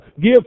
give